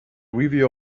review